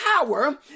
power